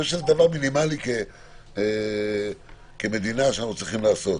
זה דבר מינימלי כמדינה, שאנחנו צריכים לעשות.